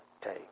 take